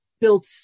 built